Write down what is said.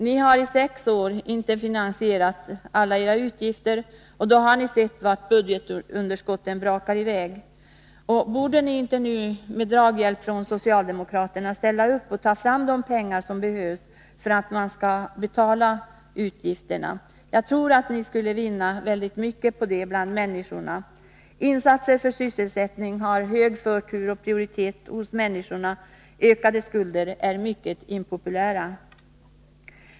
Ni har i sex år inte finansierat alla era utgifter, och då har ni sett vart budgetunderskotten barkar i väg. Borde ni inte nu med draghjälp från socialdemokraterna ställa upp och ta fram de pengar som behövs för att man skall betala utgifterna? Jag tror att ni skulle vinna väldigt mycket på det bland människorna. Insatser för sysselsättning har hög förtur, prioritet, hos människorna — ökade skulder är mycket impopulära.